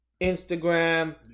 Instagram